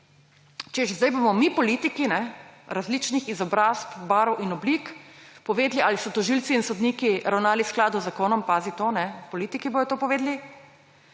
češ zdaj bomo mi politiki, različnih izobrazb, barv in oblik, povedali, ali so tožilci in sodniki ravnali v skladu z zakonom. Pazi to, politiki bodo to povedali.